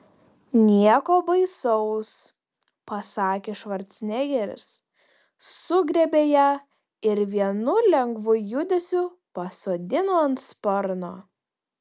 nieko baisaus pasakė švarcnegeris sugriebė ją ir vienu lengvu judesiu pasodino ant sparno